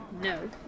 No